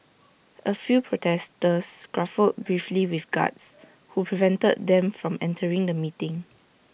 A few protesters scuffled briefly with guards who prevented them from entering the meeting